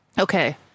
Okay